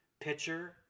pitcher